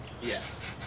Yes